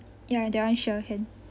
ya that one sure can